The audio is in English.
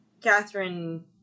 Catherine